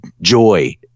joy